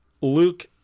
Luke